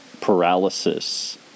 paralysis